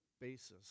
basis